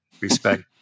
respect